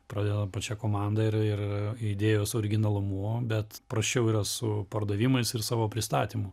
pradedant pačia komanda ir ir idėjos originalumu bet prasčiau yra su pardavimais ir savo pristatymu